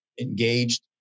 engaged